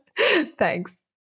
Thanks